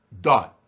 done